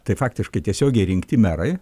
tai faktiškai tiesiogiai rinkti merai